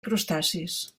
crustacis